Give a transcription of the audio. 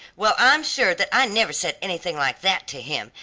well, i'm sure that i never said anything like that to him,